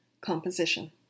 Composition